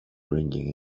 ringing